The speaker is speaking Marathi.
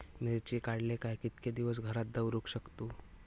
मिर्ची काडले काय कीतके दिवस घरात दवरुक शकतू?